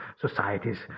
societies